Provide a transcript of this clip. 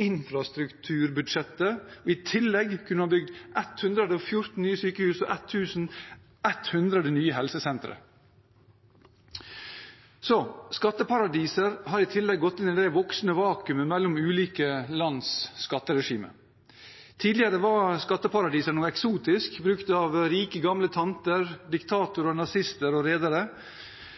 infrastrukturbudsjettet, og i tillegg kunne man ha bygd 114 nye sykehus og 1 100 nye helsesentre. I tillegg har skatteparadiser gått inn i det voksende vakuumet mellom ulike lands skatteregimer. Tidligere var skatteparadiser noe eksotisk, brukt av rike, gamle tanter, diktatorer, nazister og